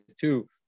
two